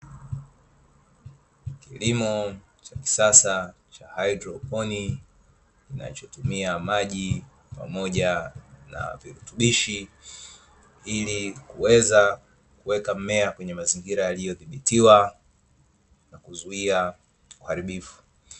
Kilimo cha kisasa cha haidroponi, kinachotumia maji pamoja na virutubishi ili kuweza kuweka mmea kwenye mazingira yaliyodhibitiwa na kuzuia uharibifu.